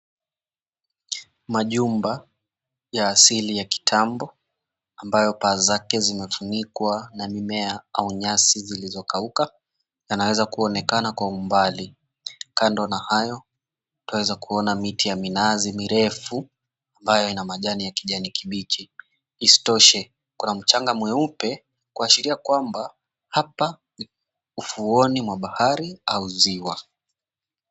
Majumba ya asili ya kitambo, ambayo paa zake zimefunikwa na mimea au nyasi zilizokauka, yanaweza kuonekana kwa umbali. Kando na hayo twaweza kuona miti ya minazi mirefu ambayo ina majani ya kijani kibichi. Isitoshe kuna mchanga mweupe kuashiria kwamba hapa ni ufuoni mwa bahari au ziwa.